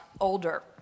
older